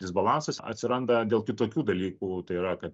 disbalansas atsiranda dėl kitokių dalykų tai yra kad